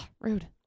Rude